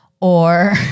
or-